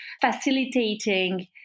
facilitating